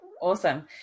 Awesome